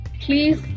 please